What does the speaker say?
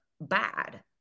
bad